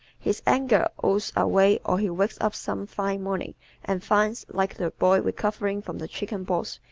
his anger oozes away or he wakes up some fine morning and finds, like the boy recovering from the chickenpox,